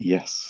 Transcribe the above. Yes